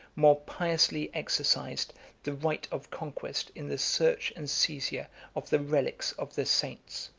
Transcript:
more piously exercised the right of conquest in the search and seizure of the relics of the saints.